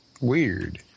weird